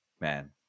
man